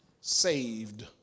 saved